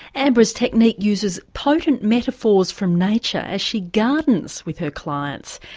ambra's technique uses potent metaphors from nature as she gardens with her clients.